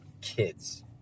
kids